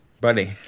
Buddy